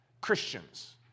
Christians